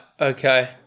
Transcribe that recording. Okay